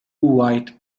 white